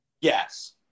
Yes